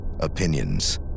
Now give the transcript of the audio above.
opinions